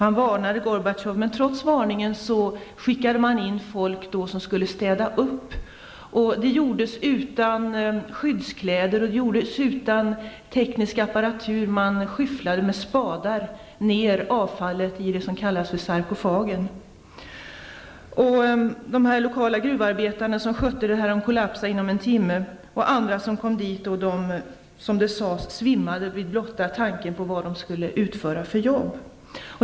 Han varnade Gorbatjov, men trots varningen skickade man in folk som skulle städa upp. Städningen genomfördes utan skyddskläder och utan teknisk apparatur. Man skyfflade ned avfallet med spadar i den s.k. sarkofagen. De lokala gruvarbetarna som skötte städningen kollapsade inom en timme. Andra som kom dit svimmade vid blotta tanken på vilket jobb de skulle utföra.